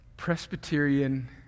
Presbyterian